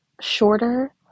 shorter